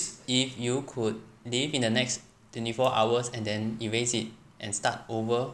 if you could live in the next twenty four hours and then erase it and start over